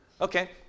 Okay